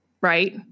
right